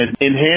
enhance